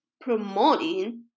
promoting